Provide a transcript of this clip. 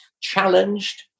challenged